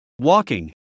walking